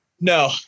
No